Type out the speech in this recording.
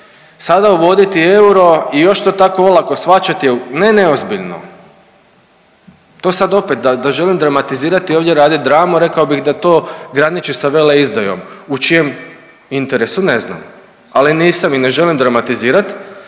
sada uvoditi euro i još to tako olako shvaćati je, ne neozbiljno, to sad opet, da želim dramatizirati i ovdje raditi dramu, rekao bih da to graniči sa veleizdajom u čijem interesu, ne znam, ali nisam i ne želim dramatizirati,